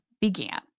began